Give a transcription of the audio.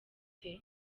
ute